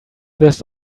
this